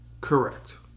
Correct